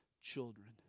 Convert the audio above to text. children